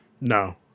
No